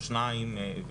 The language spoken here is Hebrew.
או שניים.